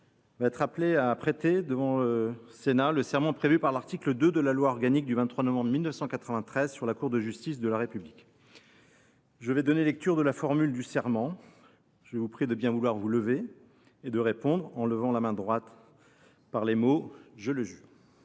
va être appelé à prêter, devant le Sénat, le serment prévu par l’article 2 de la loi organique du 23 novembre 1993 sur la Cour de justice de la République. Je vais donner lecture de la formule du serment. Mon cher collègue, je vous prie de bien vouloir vous lever à l’appel de votre nom et de répondre, en levant la main droite, par les mots :« Je le jure.